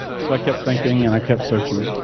so i kept thinking and i kept searching.